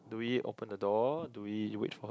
do we open the door do we wait for her